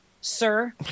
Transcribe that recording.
sir